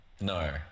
No